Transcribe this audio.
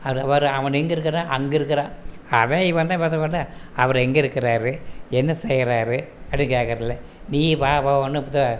அது அவன் எங்கருகுறான் அங்கருக்குறான் அவன் இவன் தான் அவர் எங்கே இருக்கிறாரு என்ன செய்யறாரு அப்படி கேட்கறதில்ல நீ வா வா போன்னு